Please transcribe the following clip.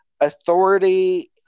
authority